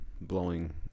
Blowing